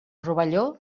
rovelló